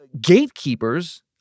gatekeepers